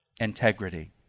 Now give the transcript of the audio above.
integrity